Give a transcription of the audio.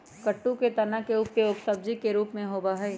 कुट्टू के तना के उपयोग सब्जी के रूप में होबा हई